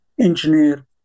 engineer